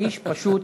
האיש פשוט,